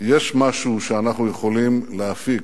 יש משהו שאנחנו יכולים להפיק,